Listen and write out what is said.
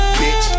bitch